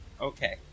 Okay